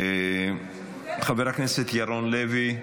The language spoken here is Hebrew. חבר הכנסת ירון לוי,